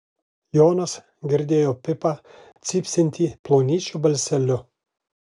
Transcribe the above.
jonas girdėjo pipą cypsintį plonyčiu balseliu